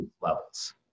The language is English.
levels